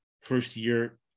first-year